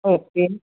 okay